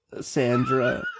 Sandra